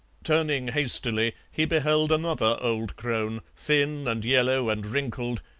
turning hastily, he beheld another old crone, thin and yellow and wrinkled,